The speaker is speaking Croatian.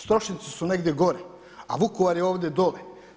Strošinci su negdje gore, a Vukovar je ovdje dole.